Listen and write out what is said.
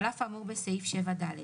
"(ד)על אף האמור בסעיף 7ד,